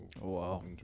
wow